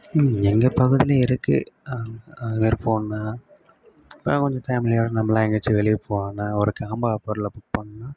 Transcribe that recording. எங்கள் பகுதியில் இருக்கு அதுமாதிரி போகணுன்னா இப்போ கொஞ்சம் ஃபேமிலியோட நம்ம எல்லாம் எங்கேயாச்சும் வெளியே போகணுன்னா ஒரு காம்போ ஆஃபரில் புக் பண்ணா